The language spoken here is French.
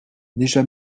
déjà